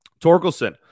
Torkelson